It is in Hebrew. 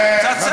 קצת שכל.